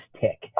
tick